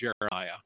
jeremiah